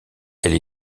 elle